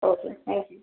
okay thank you